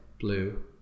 blue